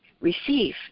receive